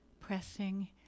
pressing